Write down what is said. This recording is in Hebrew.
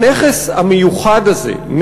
הנכס המיוחד הזה,